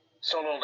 Solo